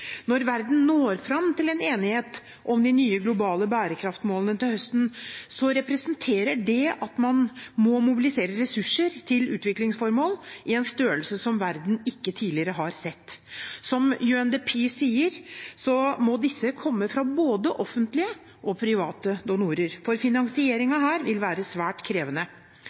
Når verden når fram til en enighet om de nye, globale bærekraftmålene til høsten, representerer det at man må mobilisere ressurser til utviklingsformål i en størrelse som verden ikke har sett tidligere. Som UNDP sier, må disse komme fra både offentlige og private donorer, for finansieringen her vil være svært krevende.